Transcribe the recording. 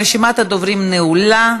רשימת הדוברים נעולה.